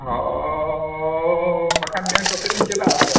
ᱦᱳᱭ ᱵᱟᱠᱷᱟᱱ ᱢᱮᱭᱟᱝ ᱠᱚᱥᱮᱡ ᱞᱤᱧ ᱪᱟᱞᱟᱜᱼᱟ ᱟᱫᱚ